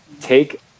Take